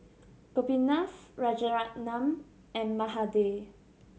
Gopinath Rajaratnam and Mahade